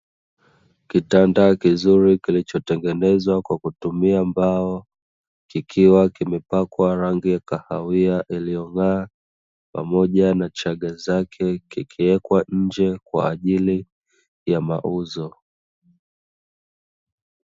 Kitanda kizuri kilichotengenezwa kwa kutumia mbao kikiwa kimepakwa rangi ya kahawia iliyong'aa, pamoja na chaga zake kikiwekwa nje kwa ajili ya mauzo.